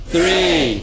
Three